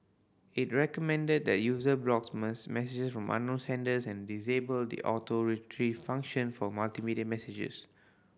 it recommended that user blocks messages from unknown senders and disable the Auto Retrieve function for multimedia messages